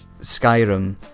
Skyrim